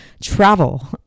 travel